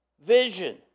vision